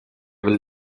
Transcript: will